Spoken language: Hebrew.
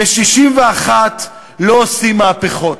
ב-61 לא עושים מהפכות.